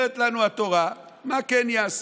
אומרת לנו התורה מה כן יעשה,